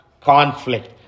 conflict